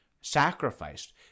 sacrificed